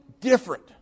different